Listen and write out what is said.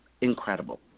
incredible